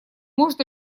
может